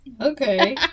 okay